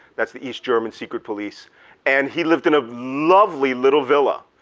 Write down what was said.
that's the east german secret police and he lived in a lovely little villa.